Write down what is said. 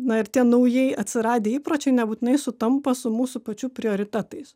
na ir tie naujai atsiradę įpročiai nebūtinai sutampa su mūsų pačių prioritetais